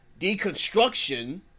deconstruction